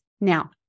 Now